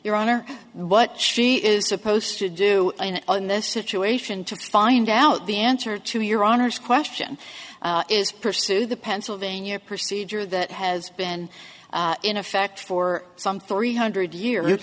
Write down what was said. honor what she is supposed to do in this situation to find out the answer to your honor's question is pursued the pennsylvania procedure that has been in effect for some three hundred years